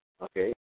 Okay